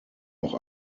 noch